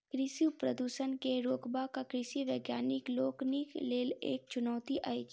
कृषि प्रदूषण के रोकब कृषि वैज्ञानिक लोकनिक लेल एक चुनौती अछि